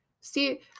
see